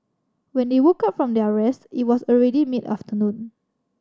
when they woke up from their rest it was already mid afternoon